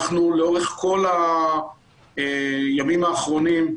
אנחנו לאורך כל הימים האחרונים,